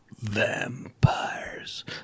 Vampires